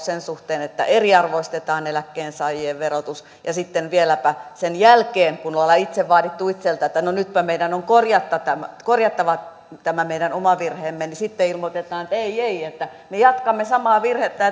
sen suhteen että eriarvoistetaan eläkkeensaajien verotus ja sitten vieläpä sen jälkeen kun ollaan itse vaadittu itseltä että no nytpä meidän on korjattava tämä korjattava tämä meidän oma virheemme ilmoitetaan että ei ei me jatkamme samaa virhettä